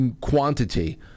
quantity